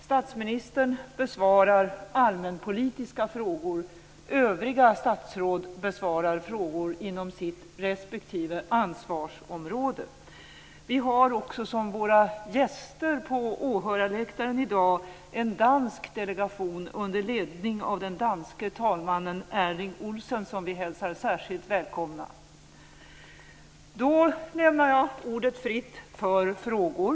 Statsministern besvarar allmänpolitiska frågor. Övriga statsråd besvarar frågor inom respektive ansvarsområde. Vi har som våra gäster på åhörarläktaren i dag en dansk delegation under ledning av den danske talmannen Erling Olsen, som vi hälsar särskilt välkommen. Jag lämnar ordet fritt för frågor.